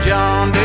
John